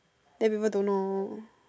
then people don't know